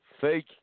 Fake